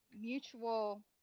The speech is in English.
mutual